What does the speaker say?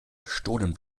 gestohlen